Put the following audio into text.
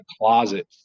closet